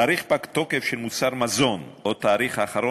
תאריך פג תוקף של מוצר מזון או התאריך האחרון